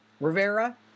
Rivera